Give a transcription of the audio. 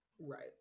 right